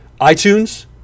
iTunes